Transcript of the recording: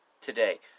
today